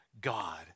God